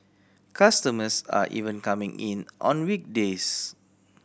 customers are even coming in on weekdays